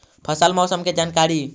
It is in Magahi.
फसल मौसम के जानकारी?